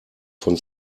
von